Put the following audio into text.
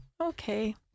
Okay